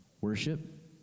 worship